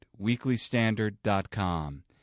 weeklystandard.com